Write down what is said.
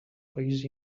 país